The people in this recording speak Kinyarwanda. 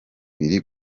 biri